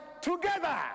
together